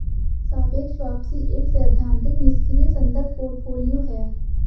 सापेक्ष वापसी एक सैद्धांतिक निष्क्रिय संदर्भ पोर्टफोलियो है